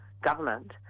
government